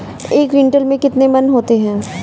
एक क्विंटल में कितने मन होते हैं?